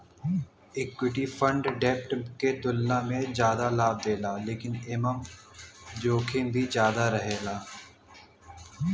equity fund डेब्ट के तुलना में जादा लाभ देला लेकिन एमन जोखिम भी ज्यादा रहेला